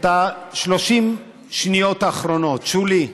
את 30 השניות האחרונות, שולי,